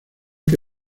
que